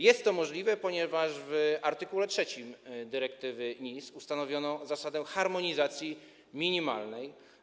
Jest to możliwe, ponieważ w art. 3 dyrektywy NIS ustanowiono zasadę harmonizacji minimalnej.